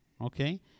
okay